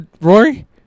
Rory